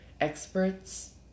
experts